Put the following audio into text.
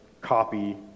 copy